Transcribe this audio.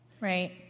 right